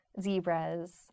zebras